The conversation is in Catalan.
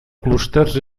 clústers